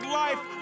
life